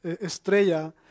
Estrella